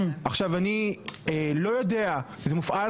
אני לא יודע זה מופעל,